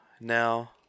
now